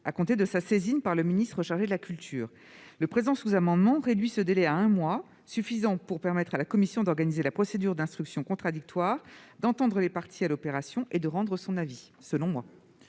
à compter de sa saisine par le ministre chargé de la culture. Le présent sous-amendement réduit ce délai à un mois, ce qui me semble suffisant pour permettre à la commission d'organiser la procédure d'instruction contradictoire, d'entendre les parties à l'opération et de rendre son avis.